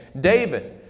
David